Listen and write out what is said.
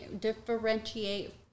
differentiate